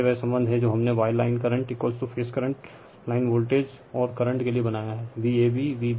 तो यह वह संबंध है जो हमने Y line current phase current line voltage और करंट के लिए बनाया है VabVbc और Vcaदिया है